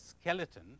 skeleton